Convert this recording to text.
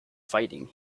fighting